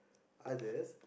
others